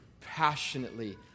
passionately